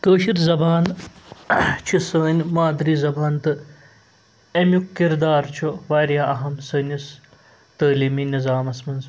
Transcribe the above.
کٲشِر زبان چھِ سٲنۍ مادری زبان تہٕ اَمیُک کِردار چھُ واریاہ اَہم سٲنِس تٲلیٖمی نظامَس منٛز